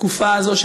בתקופה הזאת,